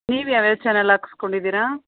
ನೀವು ಯಾವ್ಯಾವ ಚಾನೆಲ್ ಹಾಕಸ್ಕೊಂಡಿದೀರಾ